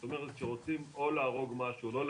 זאת אומרת, כשרוצים או להרוג משהו או ...